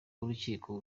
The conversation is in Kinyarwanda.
w’urukiko